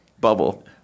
Bubble